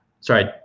Sorry